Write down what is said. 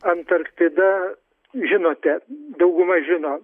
antarktida žinote dauguma žino